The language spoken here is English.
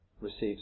receives